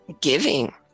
Giving